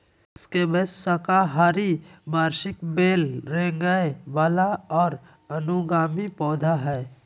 squash साकाहारी वार्षिक बेल रेंगय वला और अनुगामी पौधा हइ